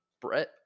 Brett